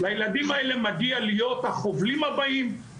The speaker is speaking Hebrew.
לילדים האלה מגיע להיות החובלים הבאים,